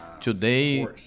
Today